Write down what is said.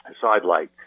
sidelight